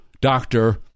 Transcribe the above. doctor